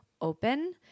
open